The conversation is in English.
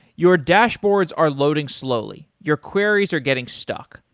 your dashboards are loading slowly, your queries are getting stuck,